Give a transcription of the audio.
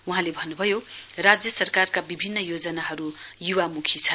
वहाँले भन्नुभयो राज्य सरकारका विभिन्न योजनाहरू युवामुखी छन्